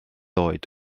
oed